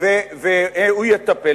והוא יטפל.